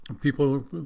people